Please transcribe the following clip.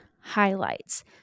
highlights